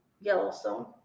Yellowstone